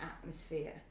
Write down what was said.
atmosphere